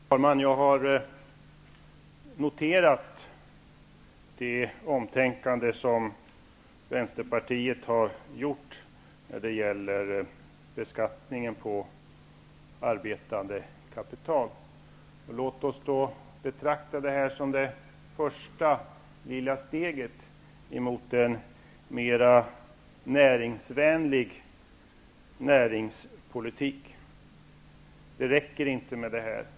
Herr talman! Jag har noterat det omtänkande som vänsterpartiet har gjort när det gäller beskattningen av arbetande kapital. Låt oss då betrakta det som det första lilla steget mot en mera näringsvänlig näringspolitik, för det räcker inte med det här.